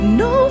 no